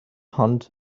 hunt